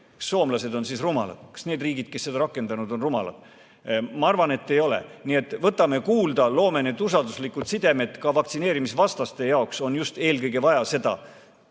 kas soomlased on siis rumalad? Kas need riigid, kes seda on rakendanud, on rumalad? Ma arvan, et ei ole. Nii et võtame kuulda ja loome need usalduslikud sidemed. Ka vaktsineerimisvastaste jaoks on just eelkõige vaja